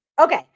Okay